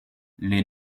les